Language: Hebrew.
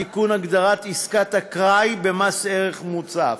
תיקון הגדרת "עסקת אקראי" במס ערך מוסף.